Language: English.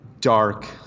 dark